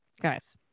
Guys